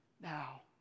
Now